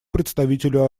представителю